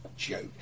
Joke